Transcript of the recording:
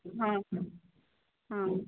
ହଁ ହଁ ହଁ